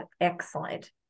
excellent